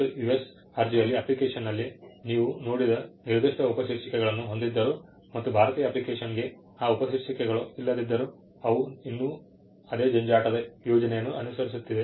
ಮತ್ತು ಯುಎಸ್ ಅರ್ಜಿಯಲ್ಲಿಅಪ್ಲಿಕೇಶನ್ನಲ್ಲಿ ನೀವು ನೋಡಿದ ನಿರ್ದಿಷ್ಟ ಉಪಶೀರ್ಷಿಕೆಗಳನ್ನು ಹೊಂದಿದ್ದರೂ ಮತ್ತು ಭಾರತೀಯ ಅಪ್ಲಿಕೇಶನ್ಗೆ ಆ ಉಪಶೀರ್ಷಿಕೆಗಳು ಇಲ್ಲದಿದ್ದರೂ ಅವು ಇನ್ನೂ ಅದೇ ಜಂಜಾಟದ ಯೋಜನೆಯನ್ನು ಅನುಸರಿಸುತ್ತಿದೆ